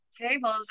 tables